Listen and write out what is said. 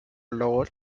lore